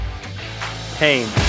Pain